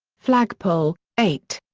flagpole eight.